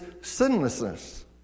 sinlessness